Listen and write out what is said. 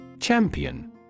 Champion